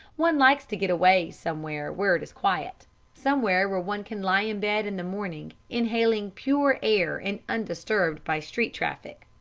one likes to get away somewhere where it is quiet somewhere where one can lie in bed in the morning inhaling pure air and undisturbed by street traffic.